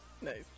Nice